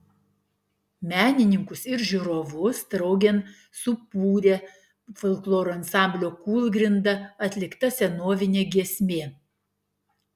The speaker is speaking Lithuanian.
menininkus ir žiūrovus draugėn subūrė folkloro ansamblio kūlgrinda atlikta senovinė giesmė